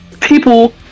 people